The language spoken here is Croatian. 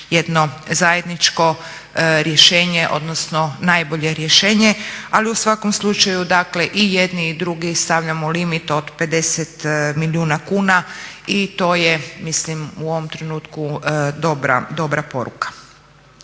jedno zajedničko rješenje odnosno najbolje rješenje. Ali u svakom slučaju dakle i jedni i drugi stavljamo limit od 50 milijuna kuna i to je mislim u ovom trenutku dobra poruka.